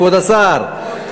כבוד השר,